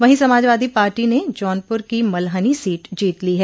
वहीं समाजवादी पार्टी ने जौनपुर की मल्हनी सीट जीत ली है